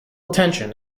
attention